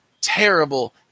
terrible